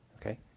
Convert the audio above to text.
Okay